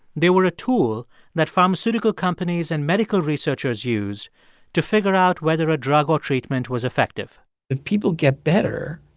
they were a tool that pharmaceutical companies and medical researchers used to figure out whether a drug or treatment was effective if people get better,